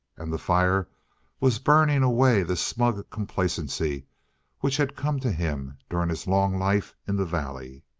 and the fire was burning away the smug complacency which had come to him during his long life in the valley.